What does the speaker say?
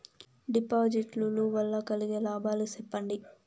డిపాజిట్లు లు వల్ల కలిగే లాభాలు సెప్పండి?